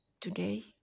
today